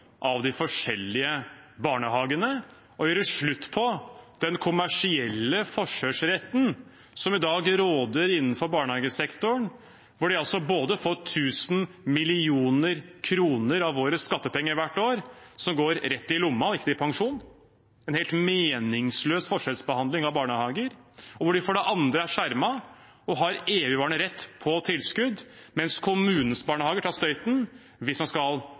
av de forskjellige barnehagene og gjøre slutt på den kommersielle forkjørsretten som i dag råder innenfor barnehagesektoren, hvor de altså for det første får 1 000 mill. kr av våre skattepenger hvert år, som går rett i lomma og ikke til pensjon – en helt meningsløs forskjellsbehandling av barnehager – og hvor de for det andre er skjermet og har en evigvarende rett på tilskudd, mens kommunens barnehager tar støyten hvis man skal